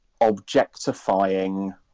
objectifying